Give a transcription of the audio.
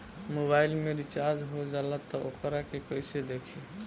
Mobile में recharge हो जाला त वोकरा के कइसे देखी?